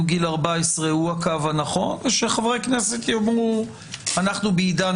גיל 14 הוא הקו הנכון או שחברי הכנסת יאמרו שאנחנו בעידן